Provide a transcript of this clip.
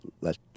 let